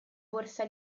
borsa